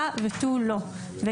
הא ותו לא,